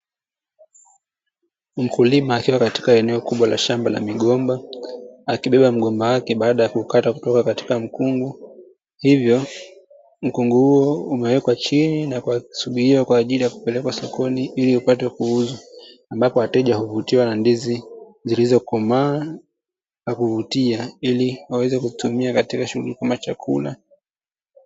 Mkulima akiwa katika eneo kubwa la shamba la migomba, akibeba mgomba wake baada ya kuukata kutoka katika mkungu, hivyo mkungu huo umewekwa chini na kusubiria kwa ajili ya kupelekwa saokoni ili upate kuuzwa, ambapo wateja huvutiwa na ndizi zilizokomaa na kuvutia, ili waweze kuzitumia katika shuguli kama chakula.